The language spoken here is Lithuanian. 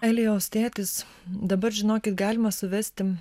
elijaus tėtis dabar žinokit galima suvesti